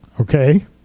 Okay